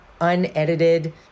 unedited